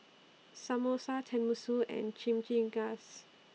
Samosa Tenmusu and Chimichangas